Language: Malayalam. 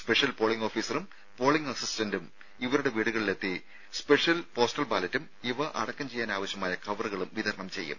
സ്പെഷ്യൽ പോളിംഗ് ഓഫീസറും പോളിംഗ് അസിസ്റ്റന്റും ഇവരുടെ വീടുകളിലെത്തി സ്പെഷ്യൽ പോസ്റ്റൽ ബാലറ്റും ഇവ അടക്കം ചെയ്യാനാവശ്യ മായ കവറുകളും വിതരണം ചെയ്യും